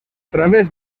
través